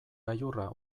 gailurra